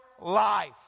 life